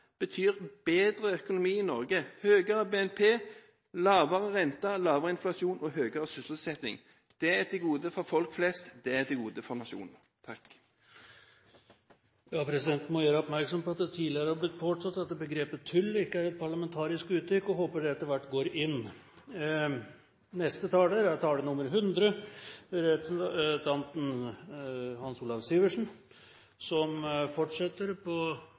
betyr bedre økonomi i Norge, høyere BNP, lavere rente, lavere inflasjon og høyere sysselsetting. Det er til beste for folk flest, det er til beste for nasjonen. Presidenten må gjøre oppmerksom på at det tidligere har blitt påtalt at begrepet «tull» ikke er et parlamentarisk uttrykk, og håper at det etter hvert går inn. Neste taler er taler nr. 100, representanten Hans Olav Syversen, som fortsetter på